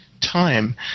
time